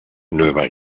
nueva